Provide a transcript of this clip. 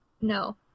No